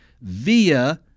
via